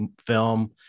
film